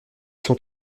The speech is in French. sont